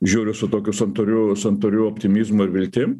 žiūriu su tokiu santūriu santūriu optimizmu ir viltim